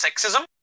sexism